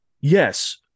Yes